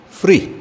free